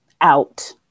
out